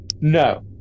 No